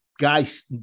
guys